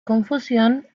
confusión